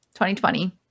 2020